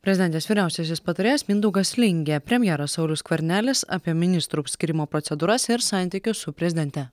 prezidentės vyriausiasis patarėjas mindaugas lingė premjeras saulius skvernelis apie ministrų skyrimo procedūras ir santykius su prezidente